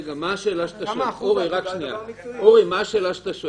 רגע, מה השאלה שאתה שואל?